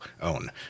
own